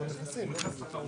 "לעוסק שמחזור